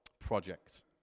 Project